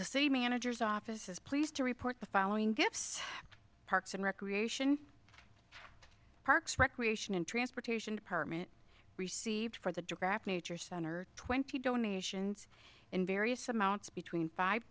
same managers office is pleased to report the following gifts parks and recreation parks recreation and transportation department received for the digraph nature center twenty donations in various amounts between five